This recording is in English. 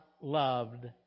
loved